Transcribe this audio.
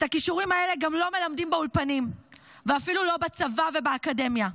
את הכישורים האלה גם לא מלמדים באולפנים ואפילו לא בצבא ובאקדמיה.